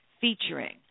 featuring